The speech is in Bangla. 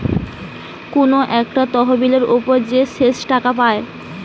কুনু একটা তহবিলের উপর যে শেষ টাকা পায়